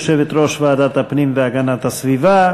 יושבת-ראש ועדת הפנים והגנת הסביבה.